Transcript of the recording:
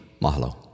mahalo